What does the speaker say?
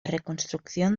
reconstrucción